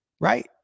right